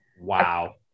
Wow